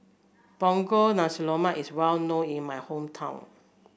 Punggol Nasi Lemak is well known in my hometown